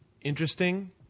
interesting